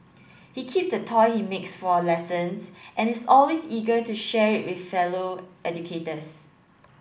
he keeps the toy he makes for lessons and is always eager to share it with fellow educators